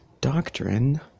doctrine